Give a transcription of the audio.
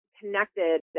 connected